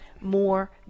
more